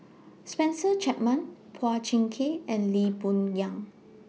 Spencer Chapman Phua Thin Kiay and Lee Boon Yang